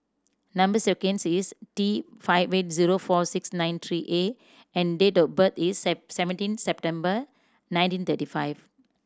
number sequence is T five eight zero four six nine three A and date of birth is seventeen September nineteen thirty five